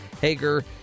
Hager